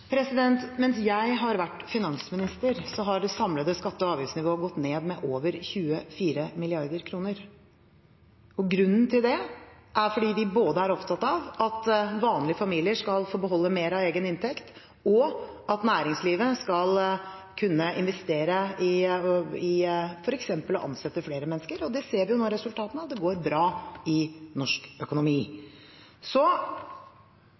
Mens jeg har vært finansminister, har det samlede skatte- og avgiftsnivået gått ned med over 24 mrd. kr. Grunnen til det er at vi er opptatt både av at vanlige familier skal få beholde mer av egen inntekt og av at næringslivet skal kunne investere og f.eks. ansette flere mennesker. Det ser vi nå resultatene av. Det går bra i norsk økonomi.